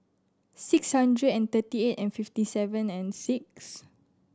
six hundred and thirty eight and fifty seven and six